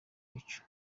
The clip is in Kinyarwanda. ibicu